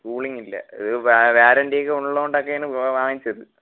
cooling ഇല്ല ഇത് വാ വാറണ്ടി ഒക്കെ ഉള്ളതുകൊണ്ടൊക്കെയാണ് വാ വാങ്ങിച്ചത്